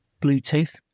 Bluetooth